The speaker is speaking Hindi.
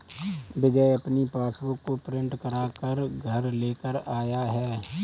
विजय अपनी पासबुक को प्रिंट करा कर घर लेकर आया है